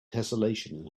tesselation